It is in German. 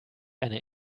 eine